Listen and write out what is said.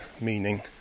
meaning